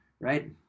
Right